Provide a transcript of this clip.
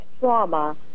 trauma